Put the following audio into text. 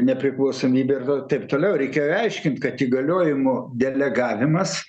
nepriklausomybę ir taip toliau reikėjo aiškint kad įgaliojimų delegavimas